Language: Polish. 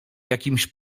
jakimś